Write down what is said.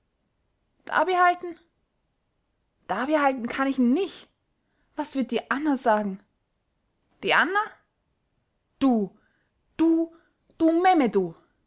dabehalten dabehalten kann ich n nich was würd die anna sagen die anna du du du memme du